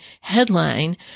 headline